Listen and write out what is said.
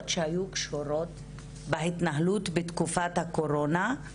שהיו קשורות בהתנהלות בתקופות הקורונה?